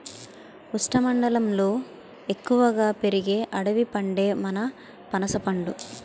ఉష్ణమండలంలో ఎక్కువగా పెరిగే అడవి పండే మన పనసపండు